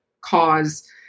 cause